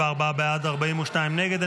54 בעד, 42 נגד.